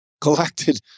collected